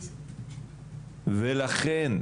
ולכן,